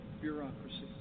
bureaucracy